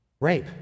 rape